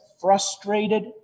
frustrated